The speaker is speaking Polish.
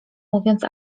mówiąc